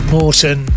Morton